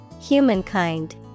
Humankind